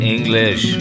English